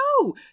no